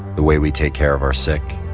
the way we take care of our sick?